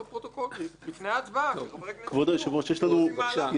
הפרוטוקול לפני ההצבעה - שחברי הכנסת יידעו שעושים מהלך לא חוקתי.